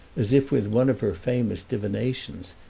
as if with one of her famous divinations,